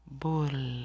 bull